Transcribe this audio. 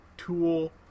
tool